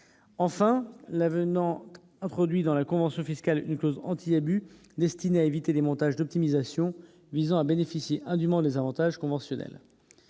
enfin l'avenant introduit dans la convention fiscale une clause anti-abus, destiné à éviter des montages d'optimisation visant à bénéficié indument des avantages conventionnels